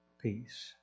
peace